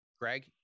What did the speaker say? Greg